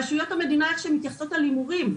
רשויות המדינה איך שהן מתייחסות להימורים,